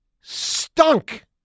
stunk